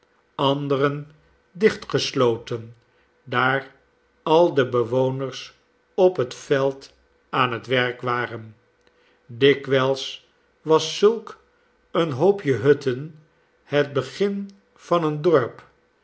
anderen dicht gesloten daar al de bewoners op het veld aan het werk waren dikwijls was zulk een hoopje hutten het begin van een dorp